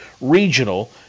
Regional